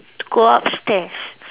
to go upstairs